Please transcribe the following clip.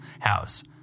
house